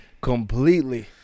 completely